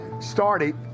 started